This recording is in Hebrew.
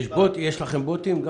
יש לכם בוטים?